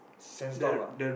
sandstorm ah